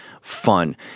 fun